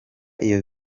iyo